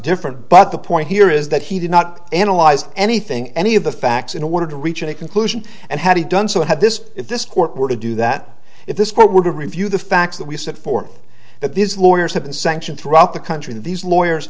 different but the point here is that he did not analyze anything any of the facts in order to reach a conclusion and had he done so had this if this court were to do that if this court were to review the facts that we set forth that these lawyers have been sanctioned throughout the country that these lawyers